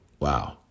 Wow